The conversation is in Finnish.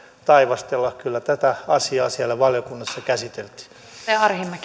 taivastella kyllä tätä asiaa siellä valiokunnassa käsiteltiin